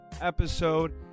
episode